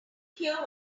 hear